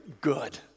good